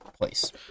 place